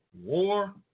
war